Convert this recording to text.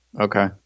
Okay